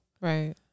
right